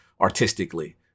artistically